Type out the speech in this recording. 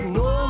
no